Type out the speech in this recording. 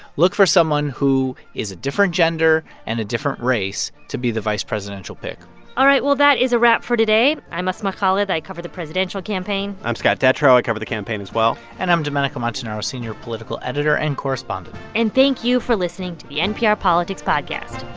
look for someone who is a different gender and a different race to be the vice presidential pick all right. well, that is a wrap for today i'm asma khalid. i cover the presidential campaign i'm scott detrow. i cover the campaign as well and i'm domenico montanaro, senior political editor and correspondent and thank you for listening to the npr politics podcast